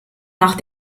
nach